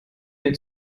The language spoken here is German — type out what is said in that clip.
mir